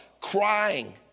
crying